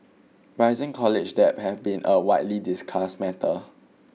rising college debt has been a widely discussed matter